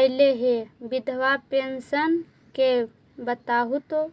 ऐले हे बिधबा पेंसन के बताहु तो?